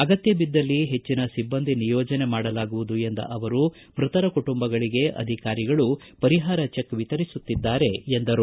ಅಗತ್ಯ ಬಿದ್ದಲ್ಲಿ ಹೆಚ್ಚಿನ ಸಿಬ್ಲಂದಿ ನಿಯೋಜನೆ ಮಾಡಲಾಗುವುದು ಎಂದ ಅವರು ಮೃತರ ಕುಟುಂಬಗಳಿಗೆ ಅಧಿಕಾರಿಗಳು ಪರಿಹಾರ ಚೆಕ್ ವಿತರಿಸುತ್ತಿದ್ದಾರೆ ಎಂದರು